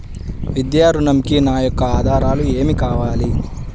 విద్యా ఋణంకి నా యొక్క ఆధారాలు ఏమి కావాలి?